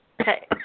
Okay